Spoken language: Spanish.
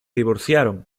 divorciaron